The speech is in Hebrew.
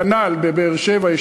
כנ"ל בבאר-שבע,